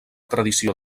tradició